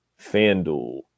FanDuel